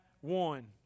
one